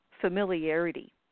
familiarity